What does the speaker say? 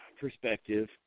perspective